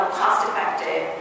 cost-effective